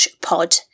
pod